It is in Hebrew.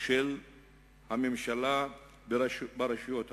של הממשלה ברשויות המקומיות".